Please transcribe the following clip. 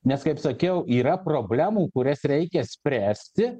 nes kaip sakiau yra problemų kurias reikia spręsti